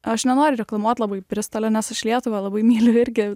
aš nenoriu reklamuot labai bristolio nes aš lietuvą labai myliu irgi